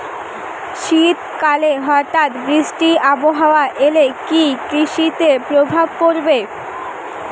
শীত কালে হঠাৎ বৃষ্টি আবহাওয়া এলে কি কৃষি তে প্রভাব পড়বে?